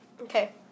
Okay